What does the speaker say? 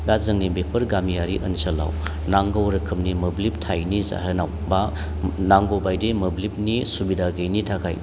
दा जोंनि बेफोर गामियारि ओनसोलाव नांगौ रोखोमनि मोब्लिब थायैनि जाहोनाव बा नांगौ बायदि मोब्लिबनि सुबिदा गैयैनि थाखाय